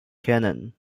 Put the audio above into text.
cannon